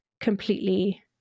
completely